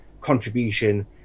contribution